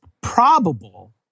probable